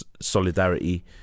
solidarity